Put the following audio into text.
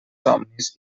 somnis